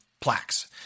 plaques